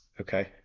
Okay